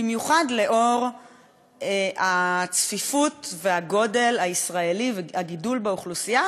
במיוחד לאור הצפיפות והגודל והגידול באוכלוסייה,